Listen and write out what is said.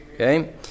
Okay